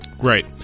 Right